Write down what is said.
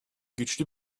güçlü